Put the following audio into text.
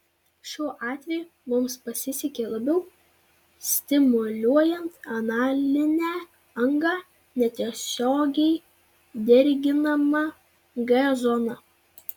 šiuo atveju mums pasisekė labiau stimuliuojant analinę angą netiesiogiai dirginama g zona